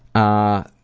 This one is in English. i